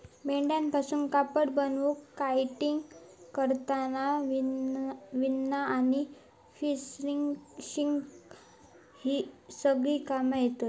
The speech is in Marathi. मेंढ्यांपासून कापड बनवूक कार्डिंग, कातरना, विणना आणि फिनिशिंग ही सगळी कामा येतत